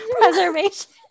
preservation